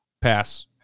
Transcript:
pass